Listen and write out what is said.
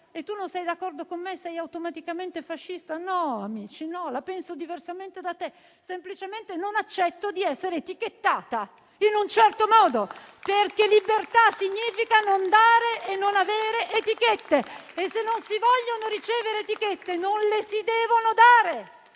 e tu non sei d'accordo con me, sei automaticamente fascista? No, amici, no. La penso diversamente da te e, semplicemente, non accetto di essere etichettata in un certo modo, perché libertà significa non dare e non avere etichette. E se non si vogliono ricevere etichette, non le si devono dare,